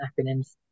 acronyms